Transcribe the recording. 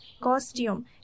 costume